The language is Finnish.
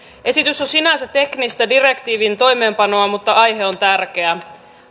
esitys on sinänsä teknistä direktiivin toimeenpanoa mutta aihe on tärkeä